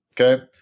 okay